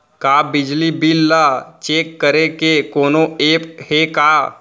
का बिजली बिल ल चेक करे के कोनो ऐप्प हे का?